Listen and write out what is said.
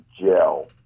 gel